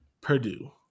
Purdue